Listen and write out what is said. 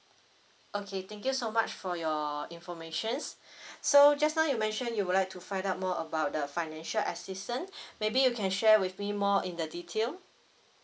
okay thank you so much for your information so just now you mentioned you would like to find out more about the financial assistance maybe you can share with me more in the detail